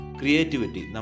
creativity